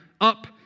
up